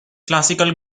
classical